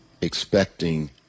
expecting